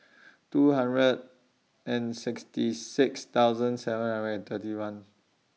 two hundred and sixty six thousand seven hundred and thirty one